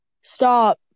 stop